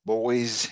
Boys